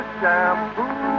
shampoo